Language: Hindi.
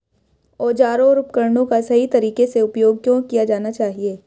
औजारों और उपकरणों का सही तरीके से उपयोग क्यों किया जाना चाहिए?